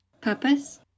purpose